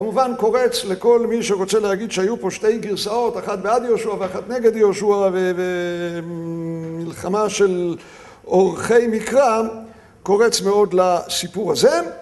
כמובן קורץ לכל מי שרוצה להגיד שהיו פה שתי גרסאות, אחת בעד יהושע ואחת נגד יהושע ומלחמה של עורכי מקרא, קורץ מאוד לסיפור הזה.